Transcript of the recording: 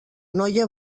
noia